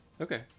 Okay